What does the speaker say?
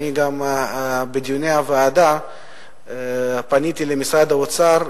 גם בדיוני הוועדה אני פניתי למשרד האוצר,